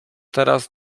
teraz